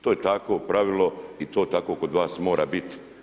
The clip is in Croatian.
To je tako pravilo i to tako kod vas mora biti.